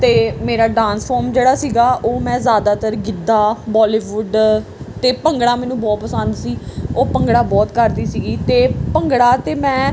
ਅਤੇ ਮੇਰਾ dance form ਜਿਹੜਾ ਸੀਗਾ ਉਹ ਮੈਂ ਜ਼ਿਆਦਾਤਰ ਗਿੱਧਾ ਬੋਲੀਵੁੱਡ ਅਤੇ ਭੰਗੜਾ ਮੈਨੂੰ ਬਹੁਤ ਪਸੰਦ ਸੀ ਉਹ ਭੰਗੜਾ ਬਹੁਤ ਕਰਦੀ ਸੀਗੀ ਅਤੇ ਭੰਗੜਾ ਤਾਂ ਮੈਂ